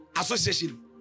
association